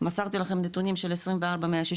מסרתי לכם נתונים של 24,160,